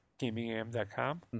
GamingAM.com